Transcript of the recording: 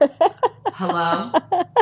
Hello